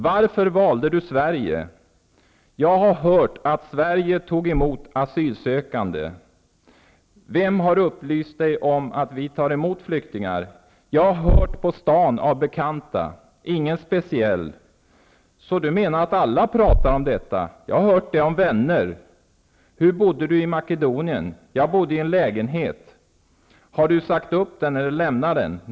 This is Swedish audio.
Varför valde du Sverige? -- Jag har hört att Sverige tog emot asylsökande. -- Vem har upplyst dig om att vi tar emot flyktingar? -- Det har jag hört på stan av bekanta. Ingen speciell. -- Så du menar att alla pratar om detta? -- Ja, jag har hört det av vänner. -- Hur bodde du i Makedonien? -- Har du sagt upp den och lämnat den?